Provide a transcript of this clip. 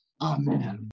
Amen